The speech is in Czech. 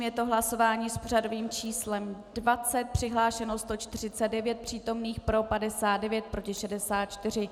Je to hlasování s pořadovým číslem 20, přihlášeno 149 přítomných, pro 59, proti 64.